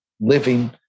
living